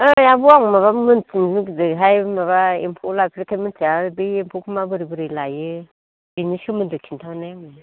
ओइ आब' आं माबा मिथिनो लुबैदोंहाय माबा एम्फौ लाफेरैखाय मिथिया बै एम्फौखौ मा बोरै बोरै लायो बिनि सोमोन्दै खिन्थानो